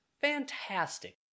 fantastic